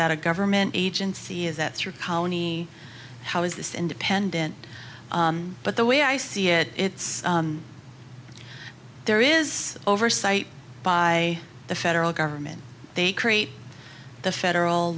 that a government agency is that through colony how is this independent but the way i see it it's there is oversight by the federal government they create the federal